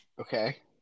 Okay